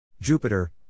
Jupiter